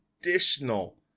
additional